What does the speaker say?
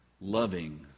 Loving